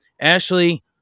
Ashley